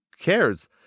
cares